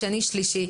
שני ושלישי,